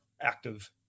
active